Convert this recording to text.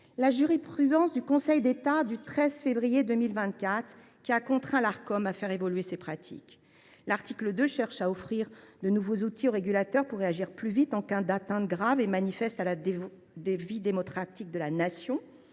la jurisprudence du Conseil d’État du 13 février 2024 qui a contraint l’Arcom à faire évoluer ses pratiques. L’article 2 vise à offrir de nouveaux outils aux régulateurs pour réagir plus vite en cas d’atteinte grave et manifeste à la vie démocratique de la Nation.